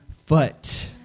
foot